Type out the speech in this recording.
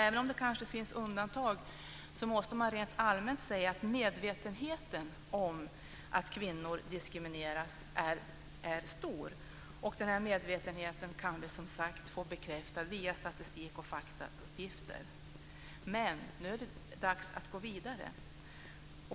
Även om det kanske finns undantag måste man rent allmänt säga att medvetenheten om att kvinnor diskrimineras är stor. Den medvetenheten kan vi få bekräftad via statistik och faktauppgifter. Nu är det dags att gå vidare.